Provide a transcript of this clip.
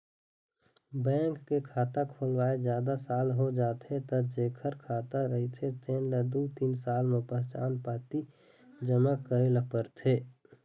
bank के खाता खोलवाए जादा साल हो जाथे त जेखर खाता रहिथे तेन ल दू तीन साल म पहचान पाती जमा करे ल परथे